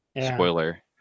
Spoiler